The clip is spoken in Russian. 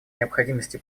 необходимости